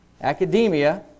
academia